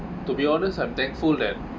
to be honest I'm thankful that